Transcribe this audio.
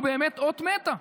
הוא באמת אות מתה.